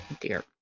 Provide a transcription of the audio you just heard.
dear